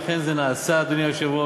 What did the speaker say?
ואכן זה נעשה, אדוני היושב-ראש.